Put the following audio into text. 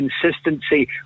consistency